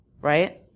right